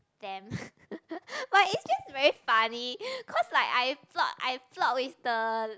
them but it's just very funny cause like I plot I plot with the